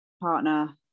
partner